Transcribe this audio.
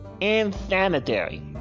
Insanitary